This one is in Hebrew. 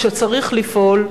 כשצריך לפעול,